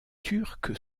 turque